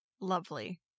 lovely